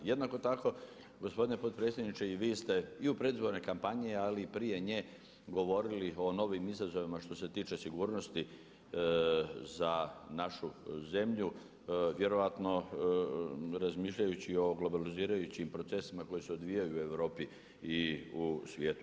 Jednako tako gospodine potpredsjedniče i vi ste i u predizbornoj kampanji, ali i prije nje govorili o novim izazovima što se tiče sigurnosti za našu zemlju, vjerojatno razmišljajući o globalizirajućim procesima koji se odvijaju u Europi i u svijetu.